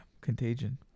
Contagion